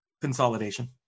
Consolidation